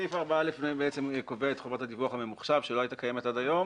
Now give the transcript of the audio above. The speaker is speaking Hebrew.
סעיף 4א קובע את חובת הדיווח הממוחשב שלא הייתה קיימת עד היום